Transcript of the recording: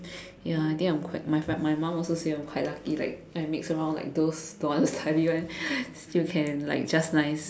ya I think I'm quite my fam~ my mom also say I'm quite lucky like I mix with those don't want to study [one] still can like just nice